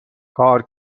کار